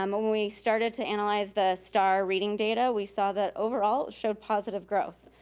um um we started to analyze the star reading data, we saw that overall, it showed positive growth.